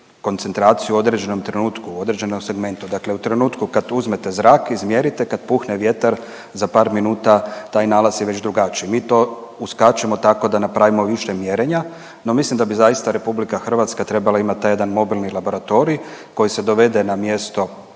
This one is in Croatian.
koncentraciju u određenom trenutku, određenom segmentu. Dakle, u trenutku kad uzmete zrak izmjerite, kad puhne vjetar za par minuta taj nalaz je već drugačiji. Mi to uskačemo tako da napravimo više mjerenja. No mislim da bi zaista Republika Hrvatska trebala imati taj jedna mobilni laboratorij koji se dovede na mjesto